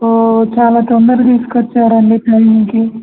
ఓ చాలా తొందరగా తీసుకొచ్చారన్నా టైమ్కి